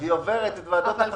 והיא עוברת את ועדות החריגים,